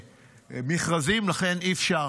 מכרזים, לכן אי-אפשר